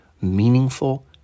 meaningful